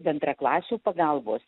bendraklasių pagalbos